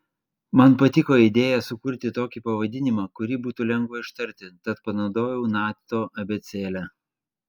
man patiko idėja sukurti tokį pavadinimą kurį būtų lengva ištarti tad panaudojau nato abėcėlę